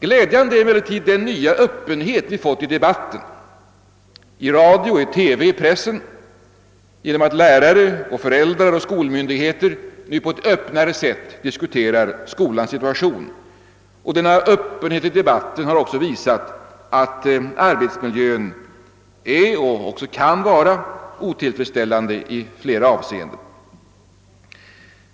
Glädjande är emellertid den nya öppenhet vi fått i debatten i radio, i TV, i pressen genom att lärare och föräldrar och skolmyndigheter nu på ett öppnare sätt diskuterar skolans situation. Denna öppenhet i debatten har också visat att arbetsmiljön är och även kan vara otillfredsställande i flera avseenden.